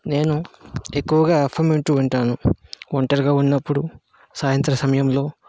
నేను ఎక్కువగా ఎఫ్ఎం వింటూ ఉంటాను ఒంటరిగా ఉన్నపుడు సాయంత్ర సమయంలో